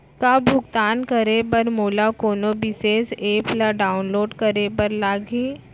का भुगतान करे बर मोला कोनो विशेष एप ला डाऊनलोड करे बर लागही